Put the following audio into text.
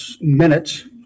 minutes